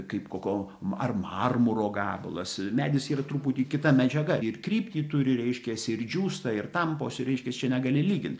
kaip koko ar marmuro gabalas medis yra truputį kita medžiaga ir kryptį turi reiškiasi ir džiūsta ir tamposi reiškias čia negali lygint